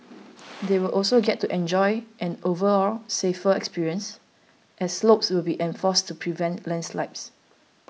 they will also get to enjoy an overall safer experience as slopes will be reinforced to prevent landslides